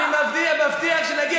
אני מבטיח שנגיע להישגים הרבה יותר גדולים.